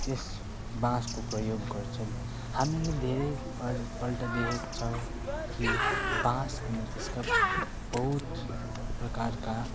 त्यस बाँसको प्रयोग गर्छन् हामीले धेरै पढ् पल्ट देखेको छौँ कि बाँस अनि त्यसका बहुत प्रकारका